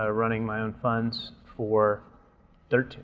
ah running my own funds for thirteen,